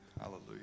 Hallelujah